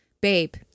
Babe